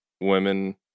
women